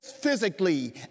physically